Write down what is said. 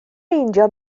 meindio